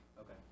Okay